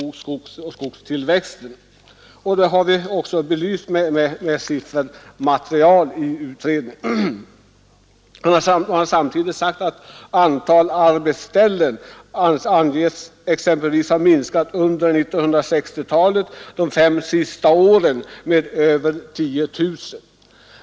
Dessa problem har vi också belyst med siffermaterial i betänkandet. Antalet arbetsställen anges under 1960-talets fem sista år ha minskat med 10 000.